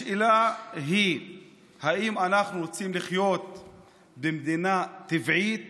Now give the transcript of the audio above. השאלה היא אם אנחנו רוצים לחיות במדינה טבעית